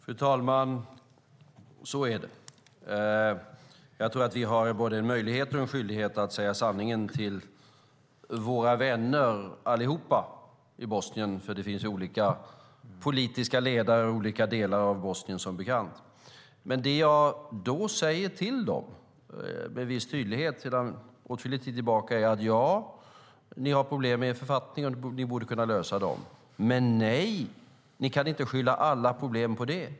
Fru talman! Så är det. Jag tror att vi har både möjlighet och skyldighet att säga sanningen till våra vänner i Bosnien - till allihop, för det finns ju som bekant olika politiska ledare och olika delar av Bosnien. Men det jag säger till dem med viss tydlighet sedan åtskillig tid tillbaka är: Ja, ni har problem med er författning. Ni borde kunna lösa dem. Nej, ni kan inte skylla alla problem på det.